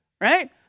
right